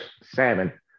salmon